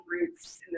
roots